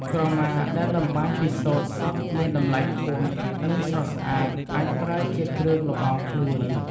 ក្រមាដែលតម្បាញពីសូត្រសុទ្ធមានតម្លៃខ្ពស់ និងស្រស់ស្អាត អាចប្រើជាគ្រឿងលម្អខ្លួន។